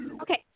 Okay